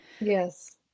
Yes